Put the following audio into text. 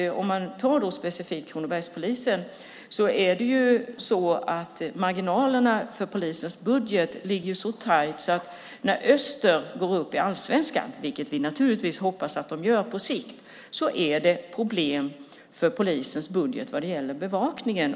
Om man tar specifikt Kronobergspolisen är marginalerna för polisens budget så tajt att om Öster går upp i allsvenskan, vilket vi naturligtvis hoppas att det gör på sikt, blir det problem för polisens budget vad gäller bevakningen.